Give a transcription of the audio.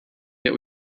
that